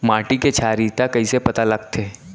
माटी के क्षारीयता कइसे पता लगथे?